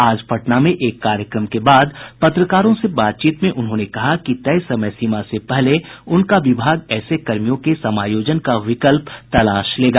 आज पटना में एक कार्यक्रम के बाद पत्रकारों से बातचीत में श्री शर्मा ने कहा कि तय समय सीमा से पहले उनका विभाग ऐसे कर्मियों के समायोजन का विकल्प तलाश लेगा